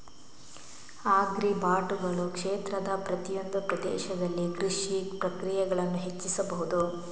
ಆಗ್ರಿಬಾಟುಗಳು ಕ್ಷೇತ್ರದ ಪ್ರತಿಯೊಂದು ಪ್ರದೇಶದಲ್ಲಿ ಕೃಷಿ ಪ್ರಕ್ರಿಯೆಗಳನ್ನು ಹೆಚ್ಚಿಸಬಹುದು